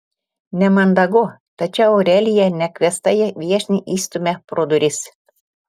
nemandagu tačiau aurelija nekviestąją viešnią išstumia pro duris